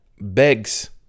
begs